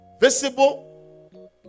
visible